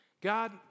God